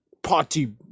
party